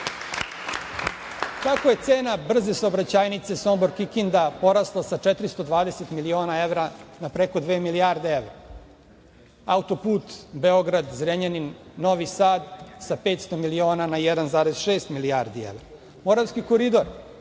je cena brze saobraćajnice Sombor – Kikinda porasla sa 420 miliona evra na preko dve milijarde evra, auto-put Beograd – Zrenjanin – Novi Sad sa 500 miliona 1,6 milijardi evra, Moravski koridor